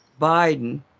Biden